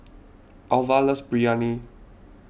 Alva loves Biryani